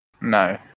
No